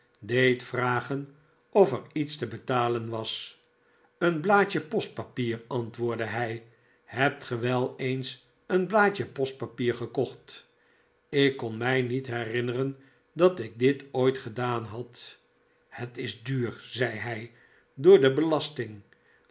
deed vragen of er iets te betalen was een blaadje postpapier antwoordde hij hebt ge wel eens een blaadje postpapier gekocht ik kon mij niet herinneren dat ik dit ooit gedaan had het is duur zei hij door de belasting